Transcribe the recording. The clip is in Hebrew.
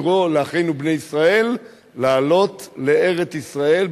לקרוא לאחינו בני ישראל לעלות לארץ-ישראל,